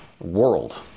world